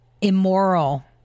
immoral